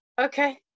Okay